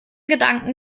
gedanken